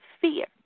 fear